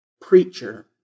preacher